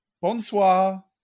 Bonsoir